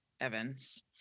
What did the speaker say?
Evans